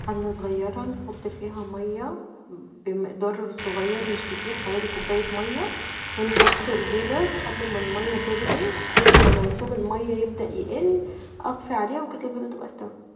حله صغيره نحط فيها مايه بمقدار صغير مش كتير حوالي كوبايه مايه و نحط البيضه لحد ما المايه تغلي اول ما منسوب المايه يبدا يقل اطفي عليها و كدا البيضه تبقي استوت.